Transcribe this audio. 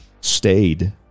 stayed